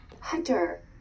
Hunter